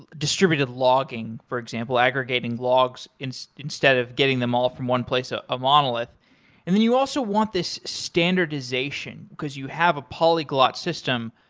distributed logging, for example, aggregating logs instead of getting them all from one place, a ah monolity. and then you also want this standardization because you have a polyglot system.